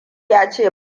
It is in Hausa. yace